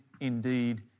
indeed